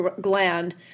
gland